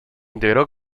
integró